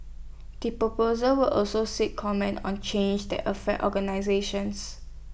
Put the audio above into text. the proposals will also seek comments on changes that affect organisations